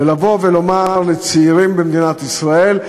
ולבוא ולומר לצעירים במדינת ישראל,